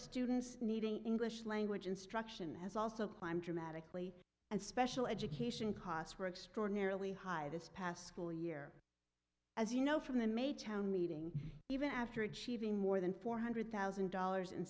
students needing english language instruction has also climbed dramatically and special education costs were extraordinarily high this past school year as you know from the may town meeting even after achieving more than four hundred thousand dollars in